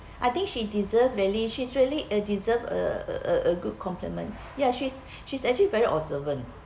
I think she deserved really she's really a deserve a a a good compliment ya she's she's actually very observant